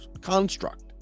construct